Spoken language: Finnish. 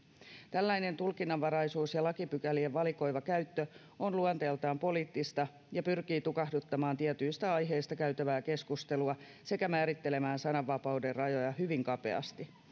tällainen tulkinnanvaraisuus ja lakipykälien valikoiva käyttö on luonteeltaan poliittista ja pyrkii tukahduttamaan tietyistä aiheista käytävää keskustelua sekä määrittelemään sananvapauden rajoja hyvin kapeasti